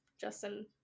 Justin